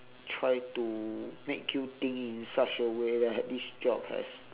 try to make you think in such a way that this job has